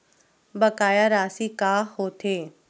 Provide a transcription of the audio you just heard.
बकाया राशि का होथे?